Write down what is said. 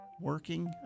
working